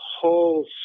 whole